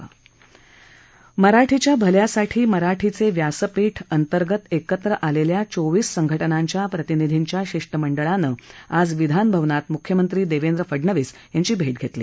मराठीच्या भल्यासाठी मराठीचे व्यासपीठअंतर्गत एकत्र आलेल्या चोवीस संघटनांच्या प्रतिनिधींच्या शिष्टमंडळाने आज विधान भवनात मुख्यमंत्री देवेंद्र फडनवीस यांची भेट घेतली